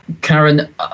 Karen